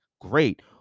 great